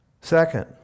Second